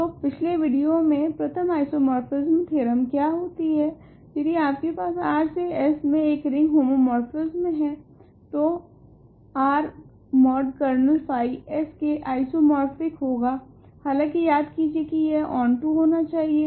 तो पिछले विडियो से प्रथम आइसोमोर्फिसम थेओरेम क्या कहती है यदि आपके पास R से S मे एक रिंग होमोमोर्फिस्म है तो R mod kernel phi S के आइसोमोर्फिक होगा हालांकि याद कीजिए की यह ओंटो होना चाहिए